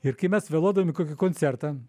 ir kai mes vėluodavom į koncertą